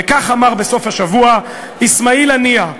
וכך אמר בסוף השבוע אסמאעיל הנייה,